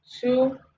two